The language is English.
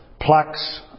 plaques